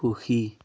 সুখী